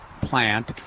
Plant